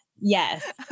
Yes